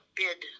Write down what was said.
bid